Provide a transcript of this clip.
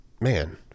man